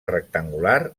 rectangular